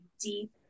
deep